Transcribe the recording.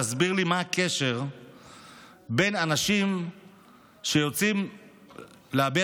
תסביר לי מה הקשר בין אנשים שיוצאים להביע